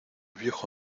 viejo